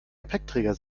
gepäckträger